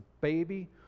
baby